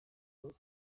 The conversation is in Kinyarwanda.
ngo